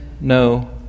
no